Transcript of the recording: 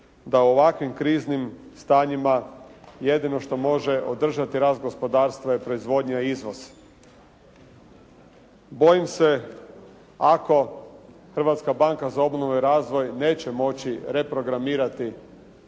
da u ovakvim kriznim stanjima jedino što može održati rast gospodarstva je proizvodnja i izvoz. Bojim se ako Hrvatska banka za obnovu i razvoj neće moći reprogramirati